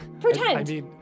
Pretend